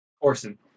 Orson